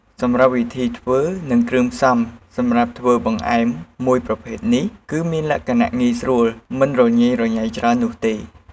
សម្រាប់វិធីធ្វើ និងគ្រឿងផ្សំសម្រាប់ធ្វើបង្អែមមួយប្រភេទនេះ គឺមានលក្ខណៈងាយស្រួលមិនរញ៉េរញ៉ៃច្រើននោះទេ។